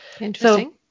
Interesting